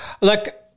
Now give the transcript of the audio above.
look